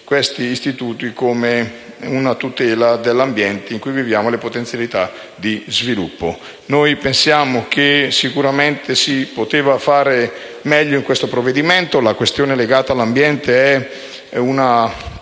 questi istituti a tutela dell'ambiente in cui viviamo e le potenzialità di sviluppo. Pensiamo che sicuramente si sarebbe potuto fare meglio in questo provvedimento. La questione legata all'ambiente è parte